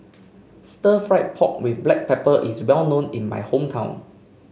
Stir Fried Pork with Black Pepper is well known in my hometown